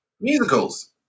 musicals